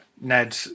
Ned